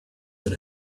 than